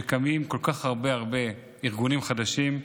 כשקמים כל כך הרבה ארגונים חדשים.